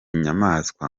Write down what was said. nyamaswa